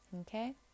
Okay